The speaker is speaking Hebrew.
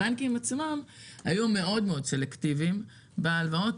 הבנקים היו מאוד סלקטיביים בהלוואות.